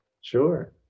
Sure